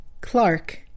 Clark